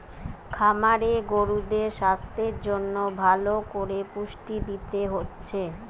খামারে গরুদের সাস্থের জন্যে ভালো কোরে পুষ্টি দিতে হচ্ছে